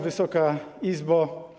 Wysoka Izbo!